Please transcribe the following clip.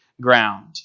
ground